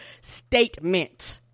statement